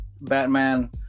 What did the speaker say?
Batman